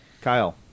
kyle